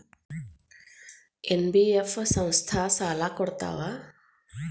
NBF ಸಂಸ್ಥಾ ಸಾಲಾ ಕೊಡ್ತಾವಾ?